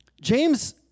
James